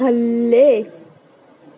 ਥੱਲੇ